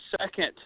second